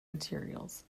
materials